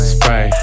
Spray